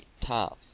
tough